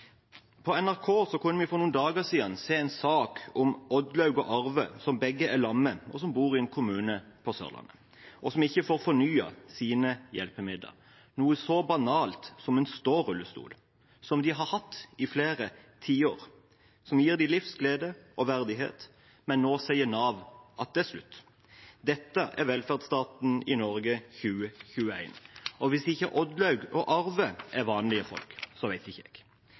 På NRK kunne vi for noen dager siden se en sak om Oddlaug og Arve, som begge er lamme og som bor i en kommune på Sørlandet, og som ikke får fornyet hjelpemidlene sine – noe så banalt som en stårullestol, som de har hatt i flere tiår, og som gir dem livsglede og verdighet. Men nå sier Nav at det er slutt. Dette er velferdsstaten i Norge i 2021, og hvis ikke Oddlaug og Arve er vanlige folk, så vet ikke jeg.